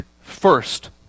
first